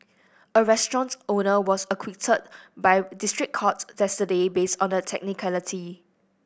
a restaurant owner was acquitted by a district court based on a technicality